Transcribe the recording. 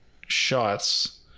shots